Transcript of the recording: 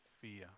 fear